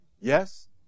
yes